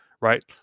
right